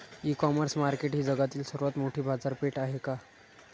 E commerce market ही जगातील सर्वात मोठी बाजारपेठ आहे का?